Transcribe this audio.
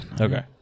Okay